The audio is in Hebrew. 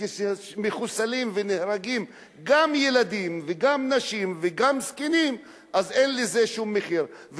כאשר מחוסלים ונהרגים גם ילדים וגם זקנים אין לזה שום מחיר.